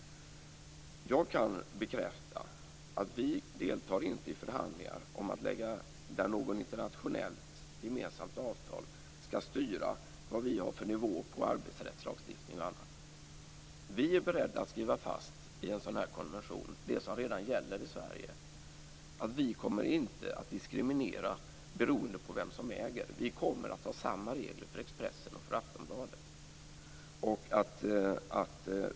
Jag kan bekräfta att vi inte deltar i förhandlingar om att ett gemensamt internationellt avtal skall styra vilken nivå vi har på arbetsrättslagstiftning o.d. Vi är beredda att i en sådan här konvention skriva fast det som redan gäller i Sverige. Vi kommer inte att diskriminera med avseende på vem som är ägare. Vi kommer att ha samma regler för Expressen och för Aftonbladet.